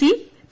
C P